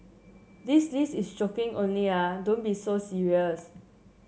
this list is joking only ah don't be so serious